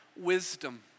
wisdom